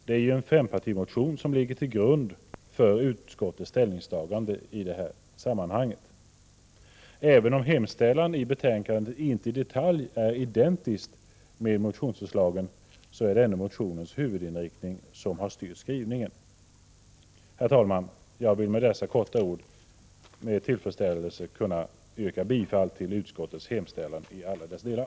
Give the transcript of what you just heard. Det är ju en fempartimotion som ligger till grund för utskottets ställningstagande i det här sammanhanget. Även om hemställan i betänkandet inte i detalj är identisk med motionsförslaget, är det ändå motionens huvudinriktning som har styrt skrivningen. Herr talman! Jag vill med dessa få ord med tillfredsställelse yrka bifall till utskottets hemställan i alla dess delar.